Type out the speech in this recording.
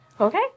Okay